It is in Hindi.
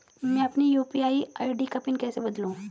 मैं अपनी यू.पी.आई आई.डी का पिन कैसे बदलूं?